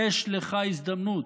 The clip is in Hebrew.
יש לך הזדמנות.